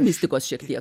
mistikos šiek tiek